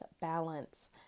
balance